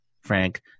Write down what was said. Frank